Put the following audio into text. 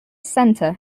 center